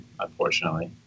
unfortunately